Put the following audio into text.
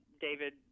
David